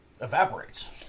evaporates